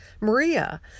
Maria